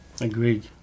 Agreed